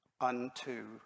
unto